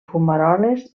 fumaroles